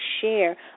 share